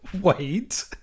Wait